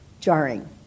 jarring